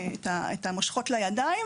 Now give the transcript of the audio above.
את המושכות לידיים,